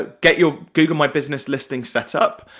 ah get your google my business listing set up,